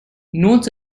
nodes